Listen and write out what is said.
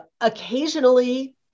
occasionally